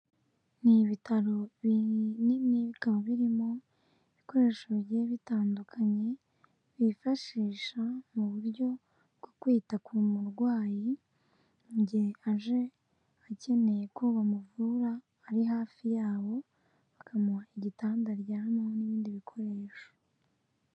N'ibitaro binini bikaba birimo ibikoresho bigiye bitandukanye bifashisha mu buryo bwo kwita ku murwayige mu gihe aje akeneye ko bamuvura ari hafi yabo, bakamuha igitanda aryamo n'ibindi bikoresho.